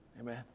Amen